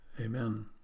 amen